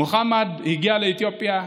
מוחמד הגיע לאתיופיה.